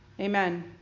Amen